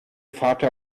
fata